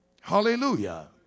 hallelujah